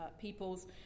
peoples